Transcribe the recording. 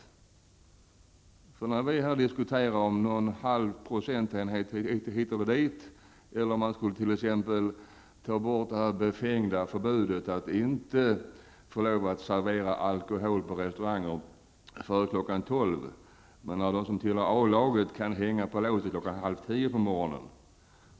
Vi diskuterar här i Sverige t.ex. en halv procentenhet hit eller dit, eller det befängda förbudet att inte få servera alkohol på restauranger före kl. 12.00 -- medan de som tillhör a-laget kan hänga på låset redan kl. 9.30.